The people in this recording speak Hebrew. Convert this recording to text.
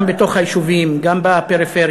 גם בתוך היישובים וגם בפריפריה,